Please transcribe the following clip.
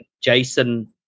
Jason